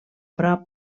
prop